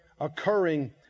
occurring